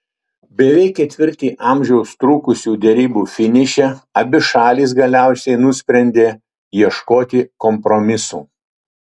beveik ketvirtį amžiaus trukusių derybų finiše abi šalys galiausiai nusprendė ieškoti kompromisų